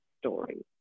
story